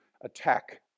attack